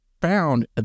found